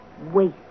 Wait